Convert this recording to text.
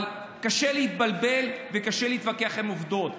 אבל קשה להתבלבל וקשה להתווכח עם עובדות.